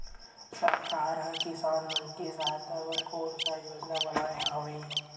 सरकार हा किसान मन के सहायता बर कोन सा योजना बनाए हवाये?